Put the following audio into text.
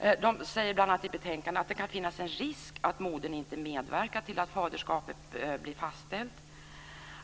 I betänkandet sägs bl.a. att det kan finnas en risk att modern inte medverkar till att faderskapet blir fastställt,